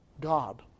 God